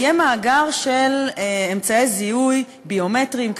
יהיה מאגר של אמצעי זיהוי ביומטריים,